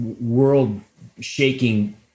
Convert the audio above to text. world-shaking